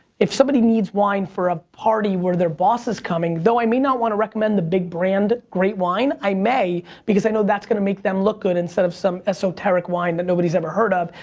if somebody needs wine for a party where their boss's coming, though i may not want to recommend the big brand great wine. i may, because i know that's going to make them look good instead of some esoteric wine that nobody's ever heard of.